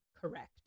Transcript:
correct